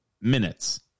minutes